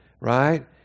right